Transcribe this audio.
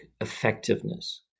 effectiveness